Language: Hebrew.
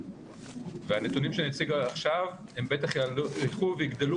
והנתונים שאני אציג עכשיו בטח ילכו ויגדלו